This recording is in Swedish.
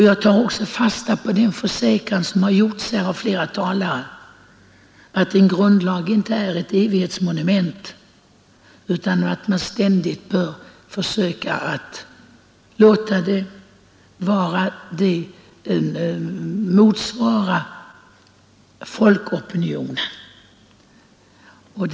Jag tar också fasta på den försäkran som gjorts av flera talare: att en grundlag inte är ett evighetsmonument, utan att man bör försöka få den att ständigt motsvara folkopinionen.